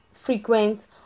frequent